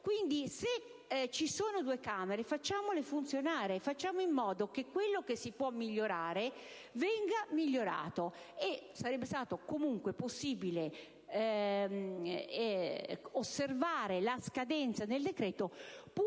questo. Se ci sono due Camere, facciamole funzionare e facciamo in modo che quello che si può migliorare venga migliorato. Sarebbe stato comunque possibile osservare la scadenza del decreto, pur